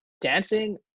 Dancing